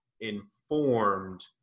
informed